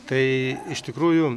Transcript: tai iš tikrųjų